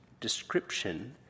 description